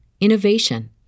innovation